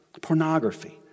Pornography